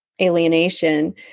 alienation